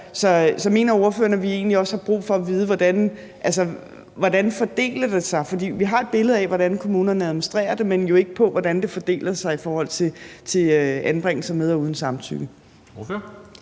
Så mener ordføreren, at vi egentlig også har brug for at vide, hvordan det fordeler sig? For vi har et billede af, hvordan kommunerne administrerer det, men jo ikke af, hvordan det fordeler sig i forhold til anbringelser med og uden samtykke.